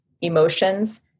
emotions